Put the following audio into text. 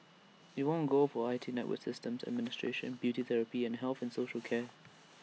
IT won gold for I T network systems administration beauty therapy and health and social care